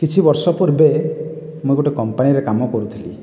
କିଛି ବର୍ଷ ପୂର୍ବେ ମୁଁ ଗୋଟିଏ କମ୍ପାନୀରେ କାମ କରୁଥିଲି